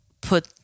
put